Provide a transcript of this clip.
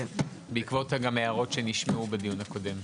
בעקבות גם הערות שנשמעו בדיון הקודם.